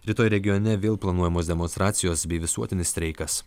rytoj regione vėl planuojamos demonstracijos bei visuotinis streikas